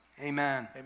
Amen